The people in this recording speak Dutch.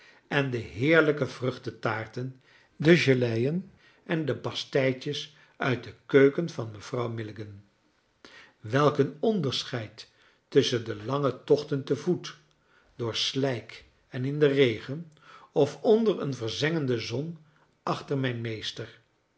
en de heerlijke vruchtentaarten de geleien en de pasteitjes uit de keuken van mevrouw milligan welk een onderscheid tusschen de lange tochten te voet door slijk en in den regen of onder een verzengende zon achter mijn meester